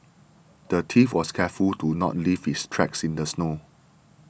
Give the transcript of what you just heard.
the thief was careful to not leave his tracks in the snow